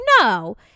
No